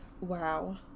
Wow